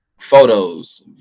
photos